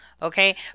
Okay